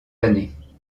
années